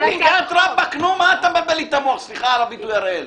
מה אתה מבלבל את המוח, סליחה על הביטוי הראל.